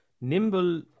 Nimble